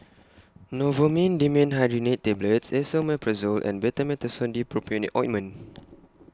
Novomin Dimenhydrinate Tablets Esomeprazole and Betamethasone Dipropionate Ointment